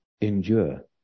endure